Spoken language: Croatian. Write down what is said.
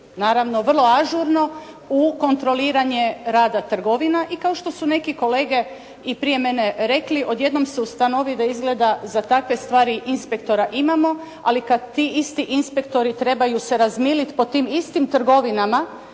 naravno vrlo ažurno u kontroliranje rada trgovina i kao što su neki kolege i prije mene rekli, odjednom se ustanovi da izgleda za takve stvari inspektora imamo, ali kada ti isti inspektori trebaju se razmiliti po tim istim trgovinama